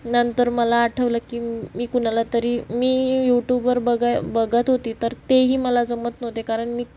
नंतर मला आठवलं की मी कुणाला तरी मी यूट्यूबवर बघत होती तर तेही मला जमत नव्हते कारण मी